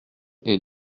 est